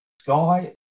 sky